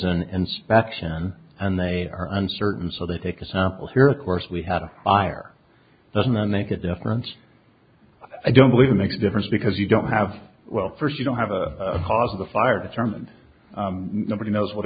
an inspection and they are uncertain so they take a sample here of course we had a fire doesn't that make a difference i don't believe it makes a difference because you don't have well first you don't have a cause of the fire determined nobody knows what